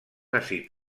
àcid